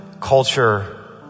culture